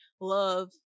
love